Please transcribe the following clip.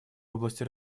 области